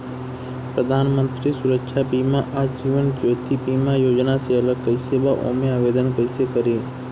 प्रधानमंत्री सुरक्षा बीमा आ जीवन ज्योति बीमा योजना से अलग कईसे बा ओमे आवदेन कईसे करी?